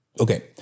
okay